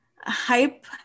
Hype